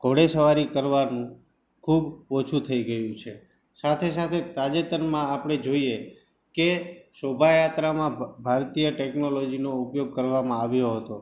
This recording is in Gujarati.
ઘોડેસવારી કરવાનું ખૂબ ઓછું થઈ ગયું છે સાથે સાથે તાજેતરમાં આપણે જોઈએ કે શોભાયાત્રામાં ભારતીય ટૅક્નોલોજીનો ઉપયોગ કરવામાં આવ્યો હતો